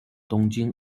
东京